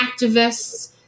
activists